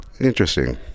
interesting